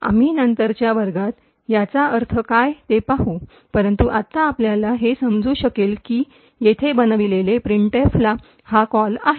आम्ही नंतरच्या वर्गात याचा अर्थ काय ते पाहू परंतु आत्ता आपल्याला हे समजू शकेल की येथे बनविलेले प्रिंटफला हा कॉल आहे